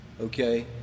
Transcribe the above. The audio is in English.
okay